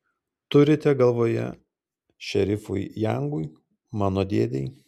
turite galvoje šerifui jangui mano dėdei